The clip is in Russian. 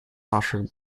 наших